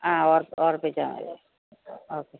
ആ ഓർമിപ്പിച്ചാൽ ഓർമിപ്പിച്ചാൽ മതി ഓക്കെ